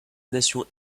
natation